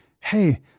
hey